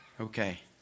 Okay